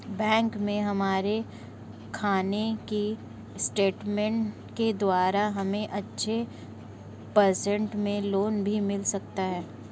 bank में हमारे खाने की स्टेटमेंट को देखकर हमे अच्छे परसेंट पर लोन भी मिल सकता है